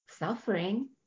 suffering